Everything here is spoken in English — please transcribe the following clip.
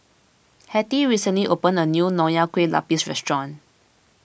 Hattie recently opened a new Nonya Kueh Lapis Restaurant